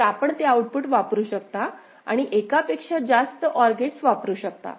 तर आपण ते आउटपुट वापरू शकता आणि एकापेक्षा जास्त OR गेट्स वापरू शकता